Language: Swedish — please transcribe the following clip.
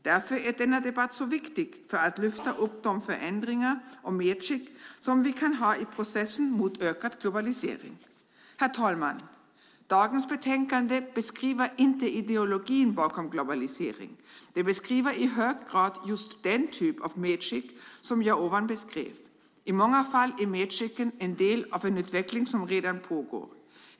Därför är denna debatt så viktig för att lyfta fram de förändringar och medskick vi kan ha i processen i riktning mot ökad globalisering. Herr talman! Dagens betänkande beskriver inte ideologin bakom globalisering. Det beskriver i hög grad just den typ av medskick som jag ovan beskrev. I många fall är medskicken en del av en utveckling som redan pågår.